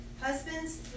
Husbands